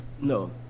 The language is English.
No